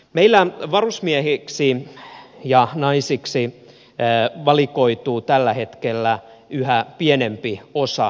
meillä varusmiehiksi ja naisiksi valikoituu tällä hetkellä yhä pienempi osa ikäryhmästä